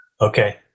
Okay